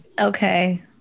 Okay